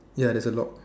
ya here's a lock